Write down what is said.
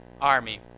army